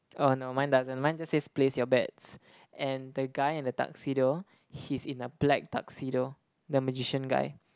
oh no mine doesn't mine just says place your bets and the guy in the tuxedo he's in a black tuxedo the magician guy